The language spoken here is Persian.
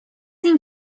این